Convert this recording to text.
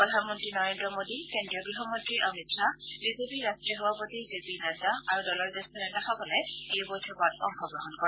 প্ৰধানমন্ত্ৰী নৰেন্দ্ৰ মোদী কেন্দ্ৰীয় গৃহমন্ত্ৰী অমিত খাহ বিজেপিৰ ৰাষ্ট্ৰীয় সভাপতি জে পি নাড্ডা আৰু দলৰ জ্যেষ্ঠ নেতাসকলে এই বৈঠকত অংশগ্ৰহণ কৰে